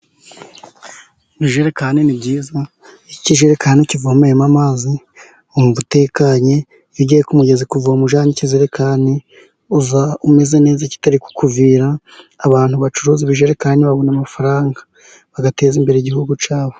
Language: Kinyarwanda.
Ijerekani ni nziza, iyo ikijerekani ukivomeyemo amazi wumva utekanye, iyo ugiye ku mugezi kuvoma ujyanye ikijerekani uza umeze neza kitari kukuvira, abantu bacuruza ibijerekani babona amafaranga bagateza imbere igihugu cyabo.